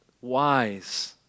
wise